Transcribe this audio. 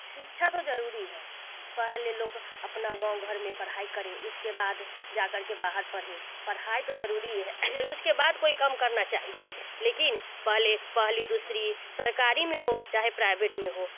शिक्षा तो ज़रूरी है पहले लोग अपना गाँव घर में पढ़ाई करें उसके बाद जा कर के बाहर पढ़ें पढ़ाई तो ज़रूरी है उसके बाद कोई काम करना चाहिए लेकिन पहले पहली दूसरी सरकारी में हो चाहे प्राइवेट में हो